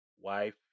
wife